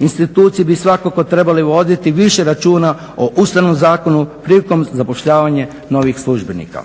Institucije bi svakako trebale voditi više računa o Ustavnom zakonu prilikom zapošljavanja novih službenika.